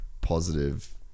positive